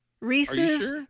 Reese's